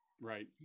Right